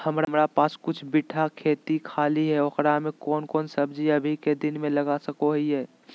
हमारा पास कुछ बिठा खेत खाली है ओकरा में कौन कौन सब्जी अभी के दिन में लगा सको हियय?